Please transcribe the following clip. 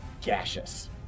gaseous